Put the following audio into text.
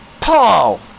Paul